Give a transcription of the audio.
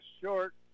short